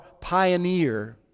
pioneer